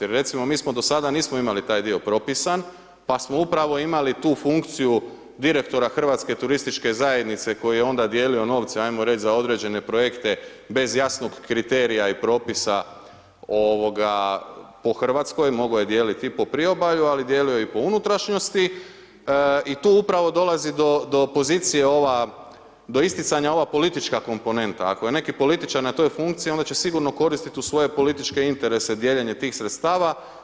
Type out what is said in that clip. Jer recimo mi smo do sada nismo imali taj dio propisan, pa smo upravo imali tu funkciju direktora Hrvatske turističke zajednice koji je onda dijelio novce ajmo reć za određene projekte bez jasnog kriterija i propisa ovoga po Hrvatskoj, mogo je dijelit i po priobalju, ali dijelio je i po unutrašnjosti i tu upravo dolazi do pozicije ova do isticanja ova politička komponenta, ako je neki političar na toj funkciji onda će sigurno koristit u svoje političke interese dijeljenje tih sredstava.